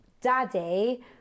Daddy